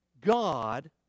God